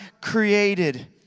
created